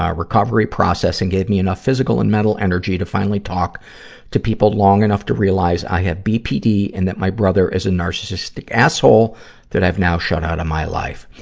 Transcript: ah recovery processing gave me enough physical and mental energy to finally talk to people long enough to realize i have bpd, and that my brother is a narcissistic asshole that i've now shut out of my life.